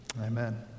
Amen